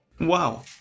wow